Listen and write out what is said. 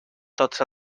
tots